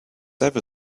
ever